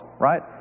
right